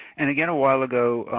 and, again, awhile ago,